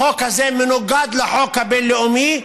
החוק הזה מנוגד לחוק הבין-לאומי,